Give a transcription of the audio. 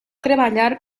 treballar